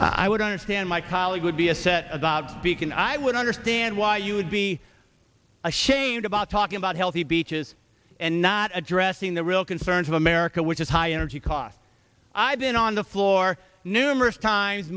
speaker i would understand my colleague would be a set about beacon i would understand why you would be ashamed about talking about healthy beaches and not addressing the real concerns of america which is high energy cost i've been on the floor numerous times